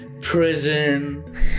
prison